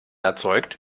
erzeugt